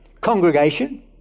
Congregation